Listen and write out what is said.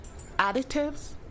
additives